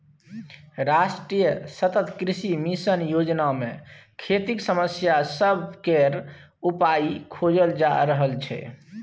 राष्ट्रीय सतत कृषि मिशन योजना मे खेतीक समस्या सब केर उपाइ खोजल जा रहल छै